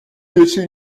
jeśli